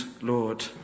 Lord